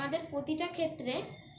আমাদের প্রতিটা ক্ষেত্রে